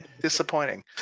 Disappointing